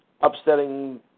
upsetting